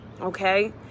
Okay